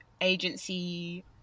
agency